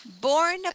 Born